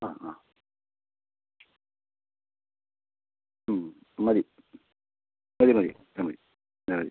ആ ആ മ് മതി മതി മതി അത് മതി അത് മതി